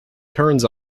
turns